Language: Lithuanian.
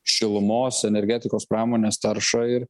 šilumos energetikos pramonės taršą ir